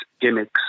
gimmicks